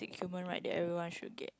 human right that everyone should get